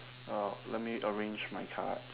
uh let me arrange my card